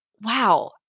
wow